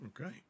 Okay